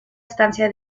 estancia